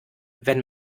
wenn